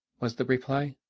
was the reply,